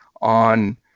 on